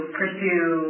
pursue